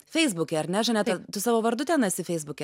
feisbuke ar ne žaneta tu savo vardu ten esi feisbuke